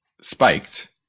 spiked